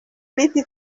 unity